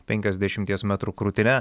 penkiasdešimties metrų krūtine